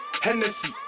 Hennessy